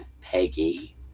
Peggy